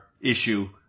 issue